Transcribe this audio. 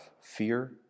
fear